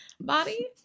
body